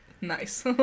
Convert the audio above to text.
nice